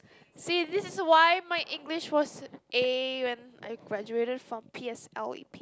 see this is why my English was A when I graduated from P_S_L_E